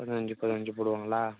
பதினஞ்சு பதினஞ்சு போடுவாங்களா